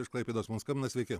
iš klaipėdos mums skambina sveiki